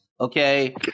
okay